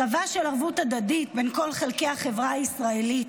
צבא של ערבות הדדית בין כל חלקי החברה הישראלית,